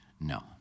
No